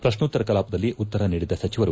ಪ್ರಶ್ನೋತ್ತರ ಕಲಾಪದಲ್ಲಿ ಉತ್ತರ ನೀಡಿದ ಸಚಿವರು